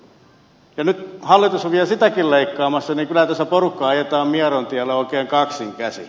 kun nyt hallitus on vielä sitäkin leikkaamassa niin kyllä tässä porukkaa ajetaan mieron tielle oikein kaksin käsin